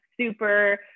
Super